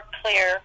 clear